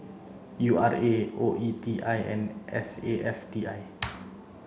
U R A O E T I and S A F T I